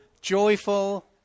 joyful